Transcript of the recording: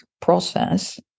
process